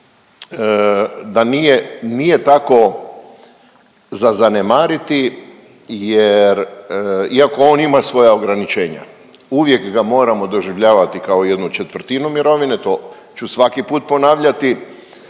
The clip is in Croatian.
nije tako za zanemariti jer, iako on ima svoja ograničenja uvijek ga moramo doživljavati kao ¼ mirovine, to ću svaki put ponavljati,